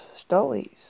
stories